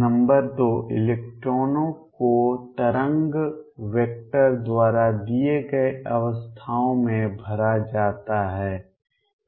number 2 इलेक्ट्रॉनों को तरंग वेक्टर द्वारा दिए गए अवस्थाओं में भरा जाता है